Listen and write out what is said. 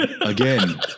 again